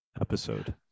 episode